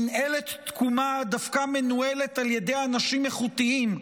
מינהלת תקומה דווקא מנוהלת על ידי אנשים איכותיים,